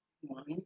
One